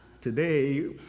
today